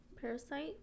Parasite